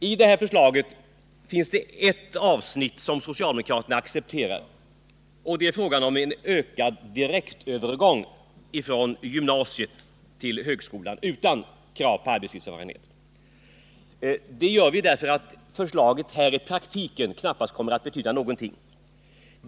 I detta förslag finns ett avsnitt som socialdemokraterna accepterar, och det gäller frågan om ökad möjlighet till direktövergång från gymnasiet till högskolan utan krav på arbetslivserfarenhet. Det gör vi därför att förslaget i praktiken knappast kommer att betyda någonting.